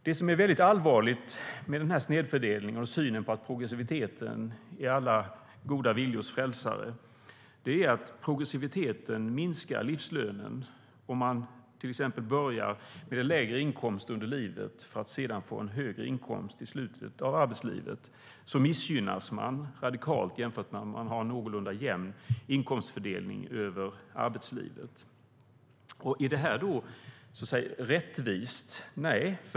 Det som är väldigt allvarligt med snedfördelningen och synen på att progressiviteten är alla goda viljors frälsare är att progressiviteten minskar livslönen. Om man till exempel börjar med en lägre inkomst under livet för att sedan få en högre inkomst i slutet av arbetslivet missgynnas man radikalt jämfört med om man har en någorlunda jämn inkomstfördelning över arbetlivet. Är det rättvist? Nej.